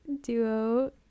duo